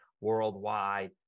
worldwide